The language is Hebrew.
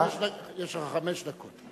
יש לך חמש דקות.